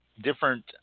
different